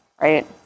right